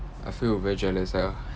I feel very jealous ah